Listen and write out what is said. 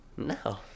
No